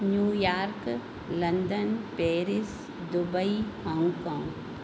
New York London Paris Dubai Hong Kong